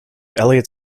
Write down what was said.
elliot